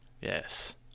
Yes